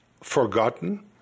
forgotten